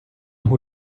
who